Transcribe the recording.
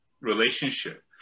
relationship